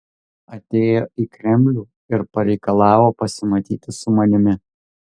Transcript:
atėjo į kremlių ir pareikalavo pasimatyti su manimi